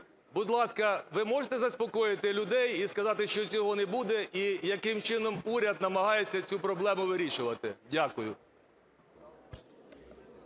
Будь ласка, ви можете заспокоїти людей і сказати, що цього не буде і яким чином уряд намагається цю проблему вирішувати? Дякую.